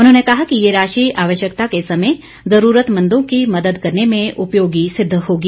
उन्होंने कहा कि ये राशि आवश्यकता के समय ज़रूरतमंदों की मदद करने में उपयोगी सिद्ध होगी